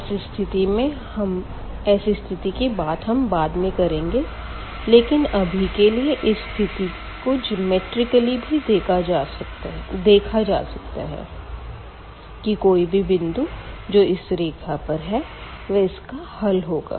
ऐसी स्थिति की बात हम बाद में करेंगे लेकिन अभी के लिए इस स्थिति को ज्योमैट्रिकली भी देखा जा सकता है कि कोई भी बिंदु जो इस रेखा पर है वो इसका हल होगा